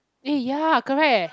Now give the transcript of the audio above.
eh ya correct